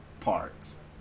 Parts